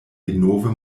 denove